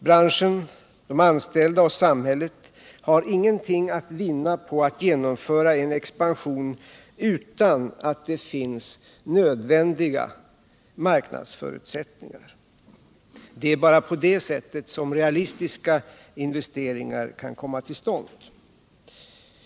Branschen, dess anställda och samhället har inget att vinna på att genomföra en expansion utan att det finns nödvändiga marknadsförutsättningar. Det är bara på det sättet som realistiska investeringar kan komma till stånd.